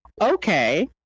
okay